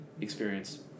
experience